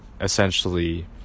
essentially